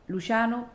Luciano